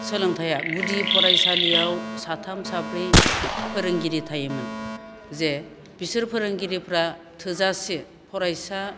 सोलोंथाइआ गुदि फरायसालियाव साथाम साब्रै फोरोंगिरि थायोमोन जे बिसोर फोरोंगिरिफ्रा थोजासे फरायसा